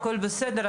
הכול בסדר,